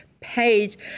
page